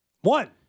one